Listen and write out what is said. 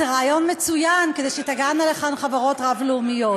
זה רעיון מצוין כדי שתגענה לכאן חברות רב-לאומיות.